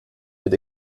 mit